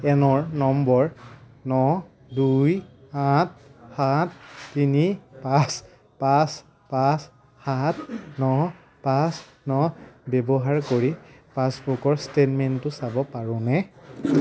এনৰ নম্বৰ ন দুই আঠ সাত তিনি পাঁচ পাঁচ পাঁচ সাত ন পাঁচ ন ব্যৱহাৰ কৰি পাছবুকৰ ষ্টেটমেণ্টটো চাব পাৰোঁনে